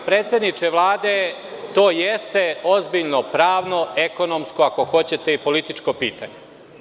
Predsedniče Vlade, to jeste ozbiljno pravno, ekonomsko, ako hoćete, i političko pitanje.